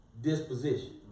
disposition